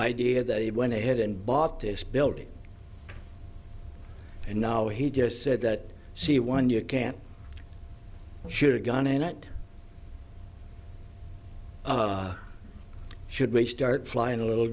idea that he went ahead and bought this building and now he just said that she won you can't shoot a gun and that should be a start flying a little